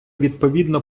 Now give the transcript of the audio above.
відповідно